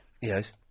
Yes